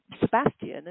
Sebastian